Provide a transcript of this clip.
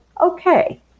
okay